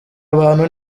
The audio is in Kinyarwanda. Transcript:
abantu